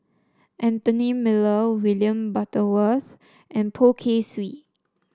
Anthony Miller William Butterworth and Poh Kay Swee